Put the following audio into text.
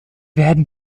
werden